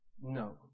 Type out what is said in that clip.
No